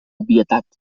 obvietat